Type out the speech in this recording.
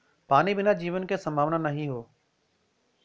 पानी बिना जीवन के संभावना नाही हौ